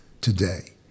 today